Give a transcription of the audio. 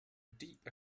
deep